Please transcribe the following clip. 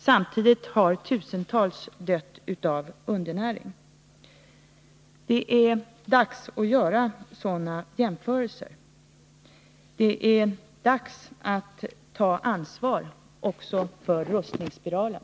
Samtidigt har tusentals människor dött av undernäring. Det är dags att göra sådana jämförelser. Det är dags att ta ansvar också för rustningsspiralen.